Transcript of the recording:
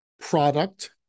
product